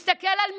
להסתכל על משרד,